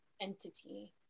entity